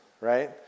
right